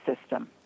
system